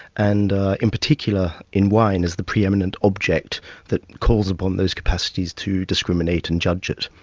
and in particular in wine, as the pre-eminent object that calls upon those capacities to discriminate and judge it.